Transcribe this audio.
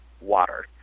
water